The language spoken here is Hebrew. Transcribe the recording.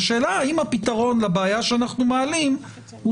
השאלה האם הפתרון לבעיה שאנחנו מעלים הוא